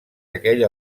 aquell